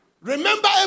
Remember